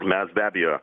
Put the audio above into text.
mes be abejo